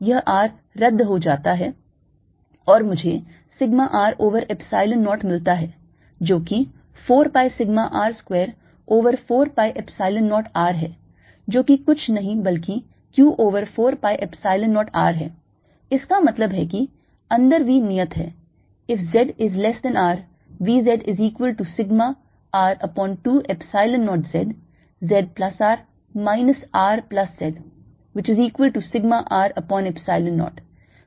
यह R रद्द हो जाता है और मुझे sigma R over Epsilon 0 मिलता है जो कि 4 pi sigma R square over 4 pi Epsilon 0 R है जो कि कुछ नहीं बल्कि q over 4 pi Epsilon 0 R है इसका मतलब है कि अंदर V नियत है